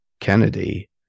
Kennedy